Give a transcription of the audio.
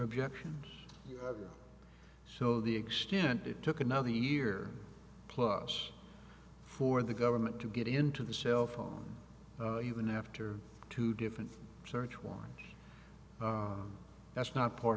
done so the extent it took another year plus for the government to get into the cell phone even after two different search warrants that's not part